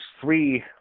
three